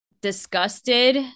disgusted